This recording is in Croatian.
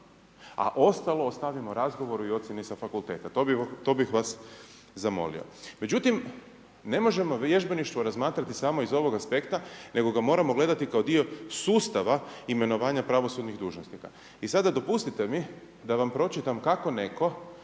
a ostalo ostavimo razgovoru i ocjeni sa fakulteta. To bih vas zamolio. Međutim, ne možemo vježbeništvo razmatrati samo iz ovog aspekta nego ga moramo gledati kao dio sustava imenovanja pravosudnih dužnosnika. I sada, dopustite mi da vam pročitam kako netko